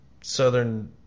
southern